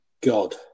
God